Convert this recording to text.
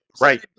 Right